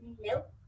Nope